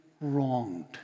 wronged